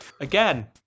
Again